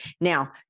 Now